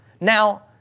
now